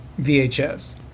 VHS